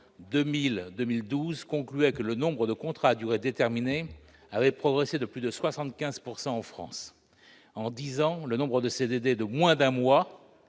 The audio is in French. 2000-2012 indiquait que le nombre de contrats à durée déterminée avait progressé de plus de 75 % en France. En dix ans, le nombre de CDD de moins d'un mois